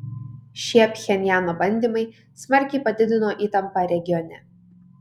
šie pchenjano bandymai smarkiai padidino įtampą regione